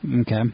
Okay